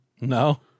No